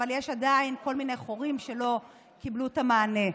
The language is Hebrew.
אבל יש עדיין כל מיני חורים שלא קיבלו את המענה.